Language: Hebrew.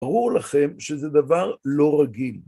ברור לכם שזה דבר לא רגיל.